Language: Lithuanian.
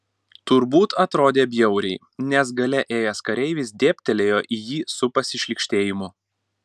turbūt atrodė bjauriai nes gale ėjęs kareivis dėbtelėjo į jį su pasišlykštėjimu